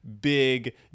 Big